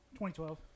2012